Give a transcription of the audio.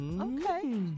Okay